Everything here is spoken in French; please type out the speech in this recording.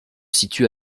situe